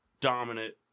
dominant